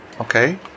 Okay